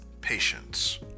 patience